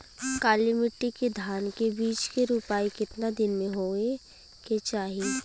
काली मिट्टी के धान के बिज के रूपाई कितना दिन मे होवे के चाही?